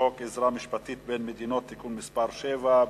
חוק עזרה משפטית בין מדינות (תיקון מס' 7),